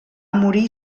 morir